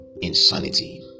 insanity